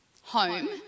home